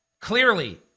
Clearly